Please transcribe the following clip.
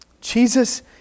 Jesus